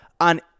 on